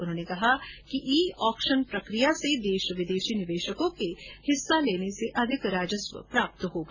उन्होंने ँकहा कि ई ऑक्शन प्रकिया में देशी विर्देशी निवेशकों को हिस्सा लेने से अधिक राजस्व प्राप्त होगा